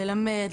ללמד,